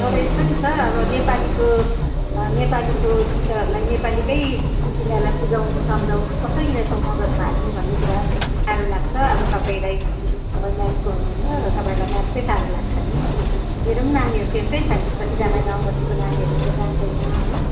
तर यस्तो नि सर अब नेपालीको नेपालीको टिचरहरूलाई नेपालीकै तिनीहरूलाई बुझाउनु सम्झाउनु कसरी यिनीहरूको मगजमा हाल्नु भन्ने कुरा साह्रो लाग्छ अब तपाईँलाई तपाईँ म्याथको हुनुहुन्छ र तपाईँलाई म्याथकै साह्रो लाग्छ नि मेरो पनि नानीहरू त्यस्तै छ नि कतिजना गाउँ बस्तीको नानीहरूले त जान्दैन हो